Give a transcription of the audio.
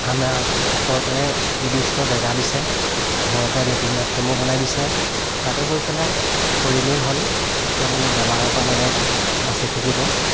আমাক চৰকাৰে নিৰ্দিষ্ট জেগা দিছে ঘৰতে লেট্ৰিন বাথৰুমো বনাই দিছে তাতে গৈ পেলাই কৰিলেই হ'ল তেতিয়া মানে বেমাৰৰ পৰা মানে বাচি থাকিব